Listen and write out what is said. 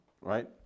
Right